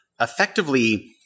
effectively